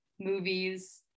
movies